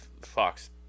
Fox